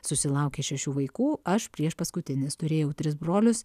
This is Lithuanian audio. susilaukė šešių vaikų aš priešpaskutinis turėjau tris brolius